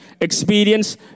experience